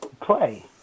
play